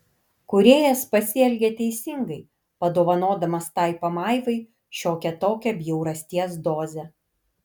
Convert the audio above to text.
kūrėjas pasielgė teisingai padovanodamas tai pamaivai šiokią tokią bjaurasties dozę